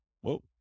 Whoa